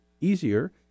easier